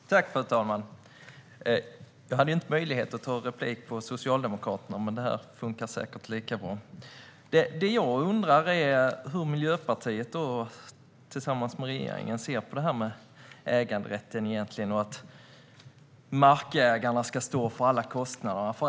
Fru talman! Jag hade inte möjlighet att ta replik på Socialdemokraterna, men detta fungerar säkert lika bra. Jag undrar hur Miljöpartiet tillsammans med regeringen egentligen ser på äganderätten och att markägarna ska stå för alla kostnader.